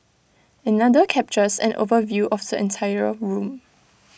another captures an overview of the entire room